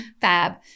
Fab